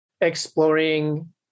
exploring